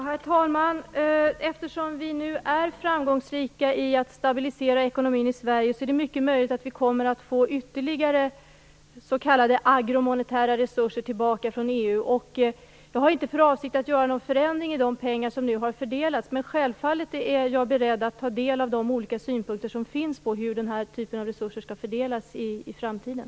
Herr talman! Eftersom vi nu är framgångsrika i att stabilisera ekonomin i Sverige är det mycket möjligt att vi kommer att få ytterligare s.k. agromonetära resurser tillbaka från EU. Jag har inte för avsikt att göra någon förändring av de pengar som nu har fördelats, men självfallet är jag beredd att ta del av de olika synpunkter som finns på hur den här typen av resurser skall fördelas i framtiden.